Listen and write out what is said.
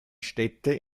städte